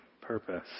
purpose